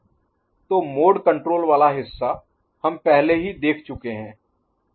तो mode control वाला हिस्सा हम पहले ही देख चुके हैं